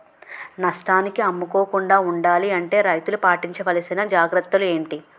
నష్టానికి అమ్ముకోకుండా ఉండాలి అంటే రైతులు పాటించవలిసిన జాగ్రత్తలు ఏంటి